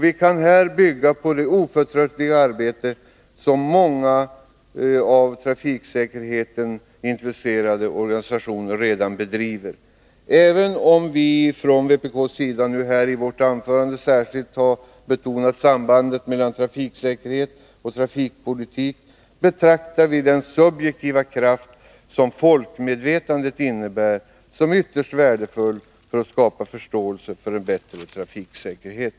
Vi kan här bygga på det oförtröttliga arbete som många av trafiksäkerheten intresserade organisationer redan bedriver. Även om vi från vpk:s sida särskilt har velat betona sambandet mellan trafiksäkerhet och trafikpolitik betraktar vi den subjektiva kraft som folkmedvetandet innebär som ytterst värdefull för att skapa förståelse för värdet av en bättre trafiksäkerhet.